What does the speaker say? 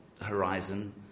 Horizon